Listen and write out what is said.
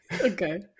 Okay